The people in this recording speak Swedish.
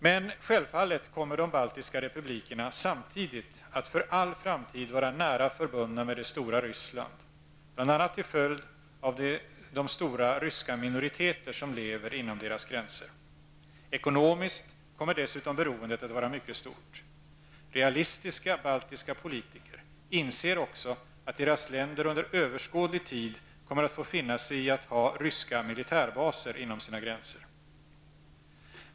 Självfallet kommer de baltiska republikerna samtidigt att för all framtid vara nära förbundna med det stora Ryssland, bl.a. till följd av de stora ryska minoriteter som lever inom deras gränser. Ekonomiskt kommer dessutom beroendet att vara mycket stort. Realistiska baltiska politiker inser också att deras länder under överskådlig tid kommer att få finna sig i att ha ryska militärbaser inom sina gränser.